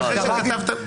נשאיר את ההגדרה כך,